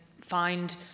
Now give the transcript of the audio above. find